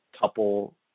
couple